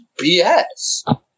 BS